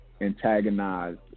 antagonized